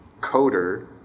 coder